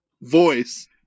voice